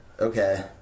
Okay